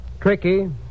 tricky